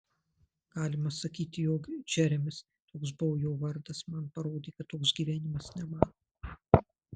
galima sakyti jog džeremis toks buvo jo vardas man parodė kad toks gyvenimas ne man